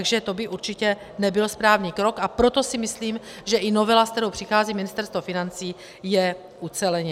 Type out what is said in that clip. Takže to by určitě nebyl správný krok, a proto si myslím, že i novela, se kterou přichází Ministerstvo financí, je ucelenější.